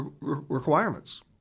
requirements